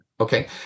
Okay